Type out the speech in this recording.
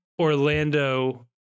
Orlando